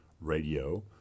radio